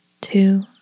two